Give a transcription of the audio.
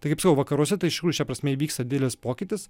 taip kaip sakau vakaruose tai iš tikrųjų šia prasme įvyksta didelis pokytis